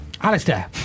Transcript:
Alistair